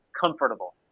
comfortable